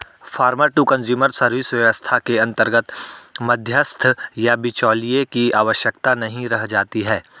farmer to consumer service व्यवस्था के अंतर्गत मध्यस्थ या बिचौलिए की आवश्यकता नहीं रह जाती है